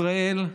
ישראל,